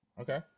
okay